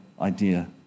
idea